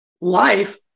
life